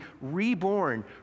reborn